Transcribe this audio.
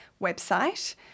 website